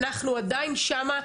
אנחנו עדיין שמה,